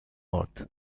earth